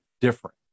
different